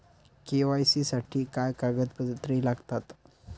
KYC साठी काय कागदपत्रे लागतात?